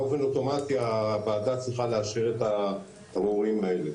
באופן אוטומטי הוועדה צריכה לאשר את התמרורים האלה.